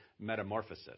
metamorphosis